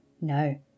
No